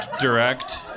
direct